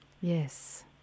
Yes